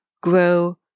grow